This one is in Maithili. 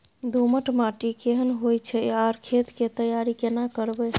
दोमट माटी केहन होय छै आर खेत के तैयारी केना करबै?